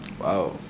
wow